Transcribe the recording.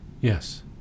Yes